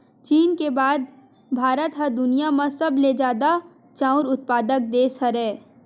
चीन के बाद भारत ह दुनिया म सबले जादा चाँउर उत्पादक देस हरय